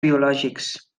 biològics